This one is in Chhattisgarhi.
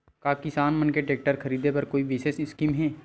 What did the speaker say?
का किसान मन के टेक्टर ख़रीदे बर कोई विशेष स्कीम हे?